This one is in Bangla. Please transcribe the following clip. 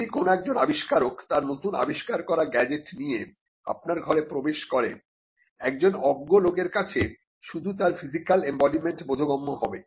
যদি কোন একজন আবিষ্কারক তার নতুন আবিষ্কার করা গ্যাজেট নিয়ে আপনার ঘরে প্রবেশ করেন একজন অজ্ঞ লোকের কাছে শুধু তার ফিজিক্যাল এম্বডিমেন্ট বোধগম্য হবে